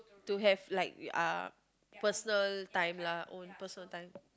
to have like ah personal time lah own personal time